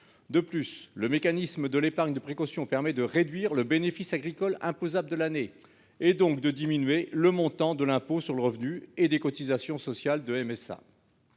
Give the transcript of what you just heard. De plus, le mécanisme de l'épargne de précaution permet de réduire le bénéfice agricole imposable de l'année, et donc de diminuer le montant de l'impôt sur le revenu et des cotisations sociales dues